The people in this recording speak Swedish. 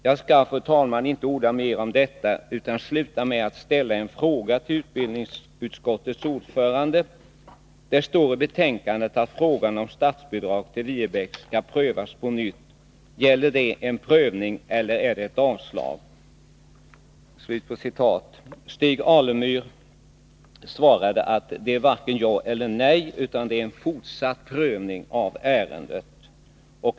Jag skall, fru talman, inte orda mer om detta utan sluta med att ställa en fråga till utbildningsutskottets ordförande. Det står i betänkandet att frågan om statsbidrag till Viebäcksskolan skall prövas på nytt. Gäller det en prövning eller är det ett avslag?” Stig Alemyr svarade att det varken var ja eller nej, utan det var en fortsatt prövning av ärendet.